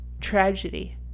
tragedy